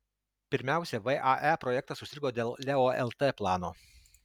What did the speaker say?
pirmiausia vae projektas užstrigo dėl leo lt plano